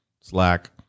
Slack